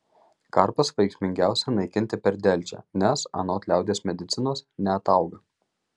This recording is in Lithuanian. karpas veiksmingiausia naikinti per delčią nes anot liaudies medicinos neatauga